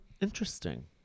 interesting